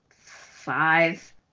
five